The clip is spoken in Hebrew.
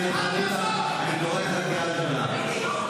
מרדכי ביטון, אני קורא אותך קריאה ראשונה.